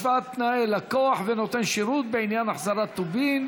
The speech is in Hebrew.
השוואת תנאי לקוח ונותן שירות בעניין החזרת טובין),